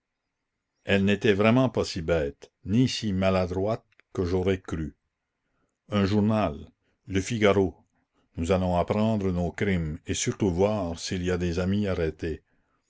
elle n'était vraiment pas si bête ni si maladroite que j'aurais cru un journal le figaro nous allons apprendre nos crimes et surtout voir s'il y a des amis arrêtés